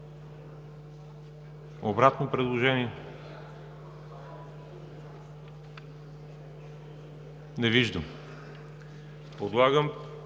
Обратно предложение? Не виждам. Подлагам